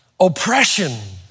oppression